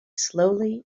slowly